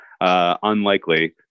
unlikely